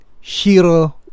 Shiro